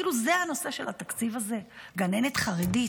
כאילו זה הנושא של התקציב הזה, גננת חרדית?